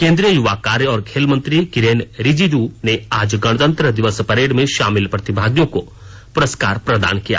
केंद्रीय युवा कार्य और खेल मंत्री किरेन रिजिज् ने आज गणतंत्र दिवस परेड में शामिल प्रतिभागियों को पुरस्कार प्रदान किए